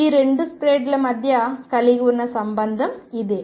ఈ రెండు స్ప్రెడ్ల మధ్య కలిగి ఉన్న సంబంధం ఇదే